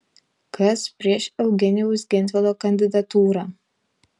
kas prieš eugenijaus gentvilo kandidatūrą